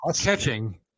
catching